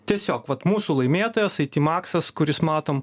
tiesiog vat mūsų laimėtojas ei ti maksas kuris matom